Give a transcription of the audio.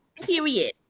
Period